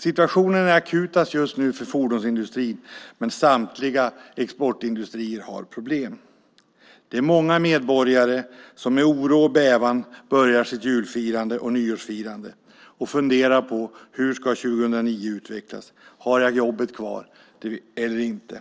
Situationen är just nu mest akut för fordonsindustrin, men samtliga exportindustrier har problem. Många medborgare börjar sitt jul och nyårsfirande med bävan och funderar över hur 2009 ska utvecklas. Har jag jobbet kvar eller inte?